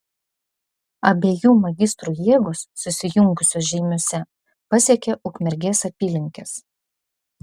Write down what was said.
abiejų magistrų jėgos susijungusios žeimiuose pasiekė ukmergės apylinkes